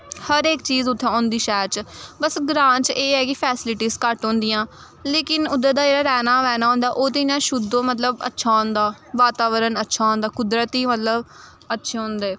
हर इक चीज उत्थै होंदी शैह्र च बस ग्रां च एह् ऐ कि फैसलिटीस घट्ट होंदियां लेकिन उद्धर दा जेह्ड़ा रैह्ना बैह्ना होंदा ओह् ते इ'यां शुद्ध ओह् मतलब इ'यां अच्छा होंदा वातावरन अच्छा होंदा कुदरती मतलब अच्छे होंदे